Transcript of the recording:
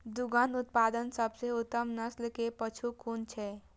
दुग्ध उत्पादक सबसे उत्तम नस्ल के पशु कुन छै?